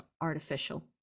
artificial